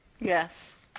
Yes